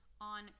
on